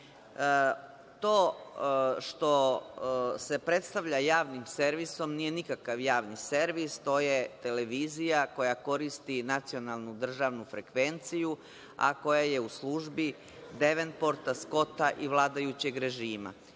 što se predstavlja javnim servisom nije nikakav javni servis to je televizija koja koristi nacionalnu državnu frekvenciju, a koja je u službi Devenporta, Skota i vladajućeg režima.